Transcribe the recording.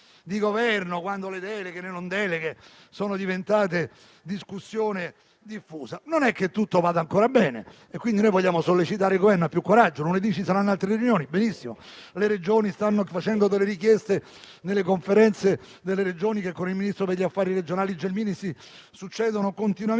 di Governo, quando le deleghe ai Servizi sono diventate discussione diffusa. Non è che tutto vada già bene, quindi vogliamo sollecitare il Governo ad avere più coraggio. Lunedì ci saranno altre riunioni: benissimo. Le Regioni stanno facendo richieste, nelle Conferenze Stato-Regioni che con il ministro per gli affari regionali Gelmini si succedono continuamente.